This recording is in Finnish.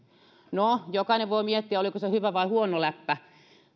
no jokainen voi miettiä oliko se hyvä vai huono läppä